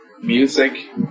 music